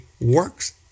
work's